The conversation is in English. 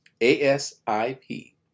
A-S-I-P